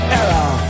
error